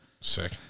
Sick